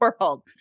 world